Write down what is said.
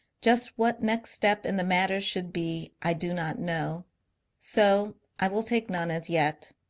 just what next step in the matter should be i do not know so i will take none as yet.